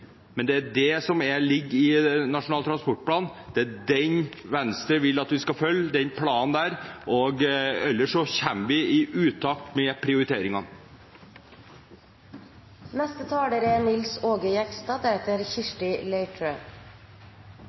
Det er det som ligger i Nasjonal transportplan, det er den planen Venstre vil at vi skal følge, ellers kommer vi i utakt med